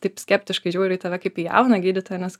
taip skeptiškai žiūri į tave kaip į jauną gydytoją nes